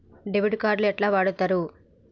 Debit card ఎట్లా వాడుతరు?